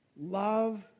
love